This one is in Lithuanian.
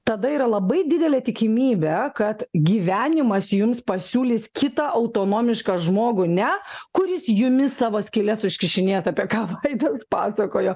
tada yra labai didelė tikimybė kad gyvenimas jums pasiūlys kitą autonomišką žmogų ne kuris jumis savo skyles užkišinės apie ką vaidas pasakojo